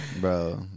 Bro